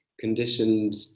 Conditioned